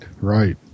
right